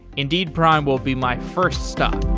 indeed prime will be my first stop